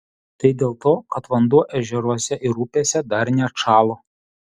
tai dėl to kad vanduo ežeruose ir upėse dar neatšalo